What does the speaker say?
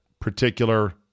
particular